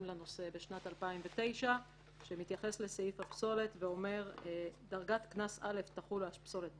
בנושא בשנת 2009. דרגת קנס א' תחול על פסולת בניין,